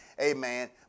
amen